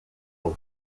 uma